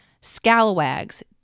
Scalawags